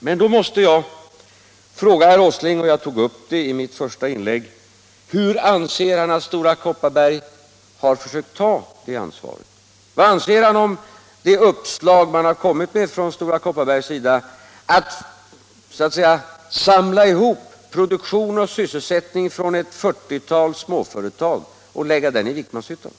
Men då måste jag fråga herr Åsling, vilket jag också tog upp i mitt första inlägg: Hur anser ni att Stora Kopparberg har försökt ta det ansvaret? Vad anser ni om Stora Kopparbergs uppslag att så att säga samla ihop produktion och sysselsättning från ett fyrtiotal småföretag och förlägga det i Vikmanshyttan?